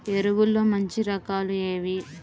ఎరువుల్లో మంచి రకాలు ఏవి?